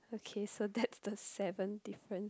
okay so that's the seven difference